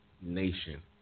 nation